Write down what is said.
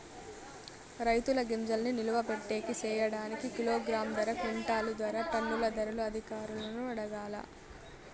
రైతుల గింజల్ని నిలువ పెట్టేకి సేయడానికి కిలోగ్రామ్ ధర, క్వింటాలు ధర, టన్నుల ధరలు అధికారులను అడగాలా?